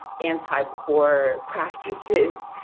anti poor practices,